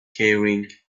keyring